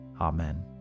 amen